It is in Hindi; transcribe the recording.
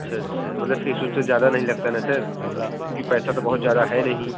अच्छा अच्छा मतलब फीस वीस तो ज़्यादा नहीं लगता न सर की पैसा तो बहुत ज़्यादा हैं नहीं